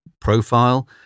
profile